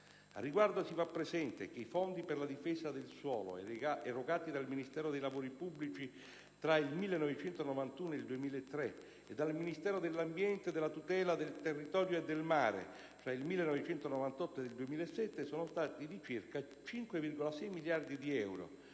Al riguardo, si fa presente che i fondi per la difesa del suolo erogati dai Ministero dei lavori pubblici tra il 1991 e il 2003 e dal Ministero dell'ambiente e della tutela del territorio e del mare tra il 1998 e il 2007 sono stati di circa 5,6 miliardi di euro,